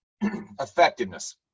effectiveness